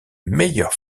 meilleures